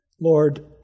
Lord